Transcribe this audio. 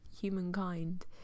humankind